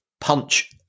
punch